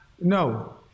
No